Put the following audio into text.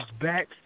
back